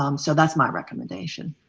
um so that's my recommendation?